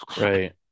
Right